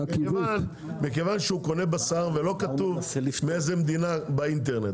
מכיוון שהוא קונה בשר ולא כתוב מאיזה מדינה באינטרנט.